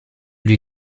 lui